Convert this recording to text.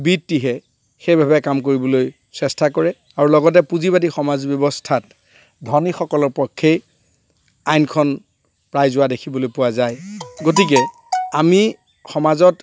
বৃত্তিহে সেইভাৱে কাম কৰিবলৈ চেষ্টা কৰে আৰু লগতে পুঁজি বাতি সমাজ ব্যৱস্থাত ধনীসকলৰ পক্ষেই আইনখন প্ৰায় যোৱা দেখিবলৈ পোৱা যায় গতিকে আমি সমাজত